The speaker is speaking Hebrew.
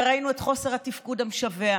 וראינו את חוסר התפקוד המשווע,